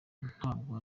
ntabwo